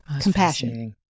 Compassion